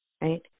right